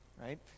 Right